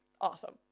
awesome